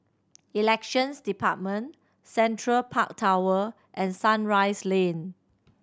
Elections Department Central Park Tower and Sunrise Lane